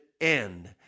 end